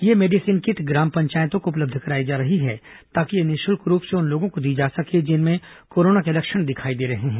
ये medicine kit ग्राम पंचायतों को उपलब्ध कराई जा रही है ताकि ये निःशुल्क रूप से उन लोगों को दी जा सके जिनमें कोरोना के लक्षण दिखाई दे रहे हैं